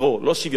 לא שוויון בנטל.